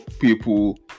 people